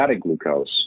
glucose